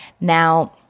Now